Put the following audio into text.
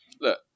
look